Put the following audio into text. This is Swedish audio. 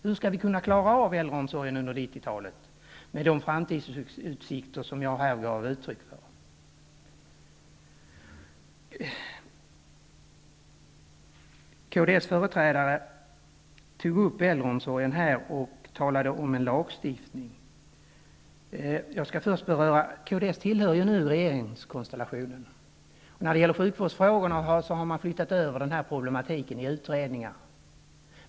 Hur skall vi klara äldreomsorgen under 90-talet, med de framtidsutsikter som jag här gav uttryck för? Kds företrädare tog upp äldreomsorgen och talade om en lagstiftning. Kds tillhör nu regeringskonstellationen, och när det gäller sjukvårdsfrågorna har man flyttat över problematiken till utredningar.